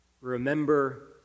remember